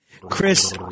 Chris